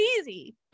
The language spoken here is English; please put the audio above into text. easy